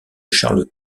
charles